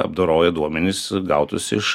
apdoroja duomenis gautus iš